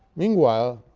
meanwhile,